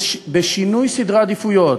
בשינוי סדרי העדיפויות,